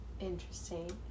Interesting